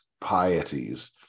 pieties